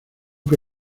que